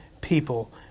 people